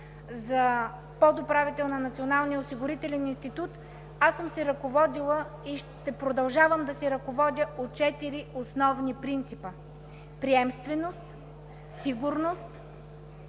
осигурителен институт аз съм се ръководила и ще продължавам да се ръководя от четири основни принципа: приемственост, сигурност,